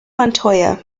montoya